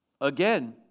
again